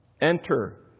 Enter